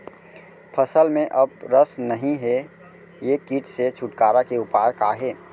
फसल में अब रस नही हे ये किट से छुटकारा के उपाय का हे?